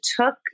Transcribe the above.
took